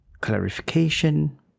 clarification